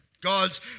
God's